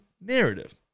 narrative